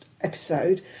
episode